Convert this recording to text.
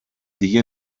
دیگه